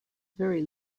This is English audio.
very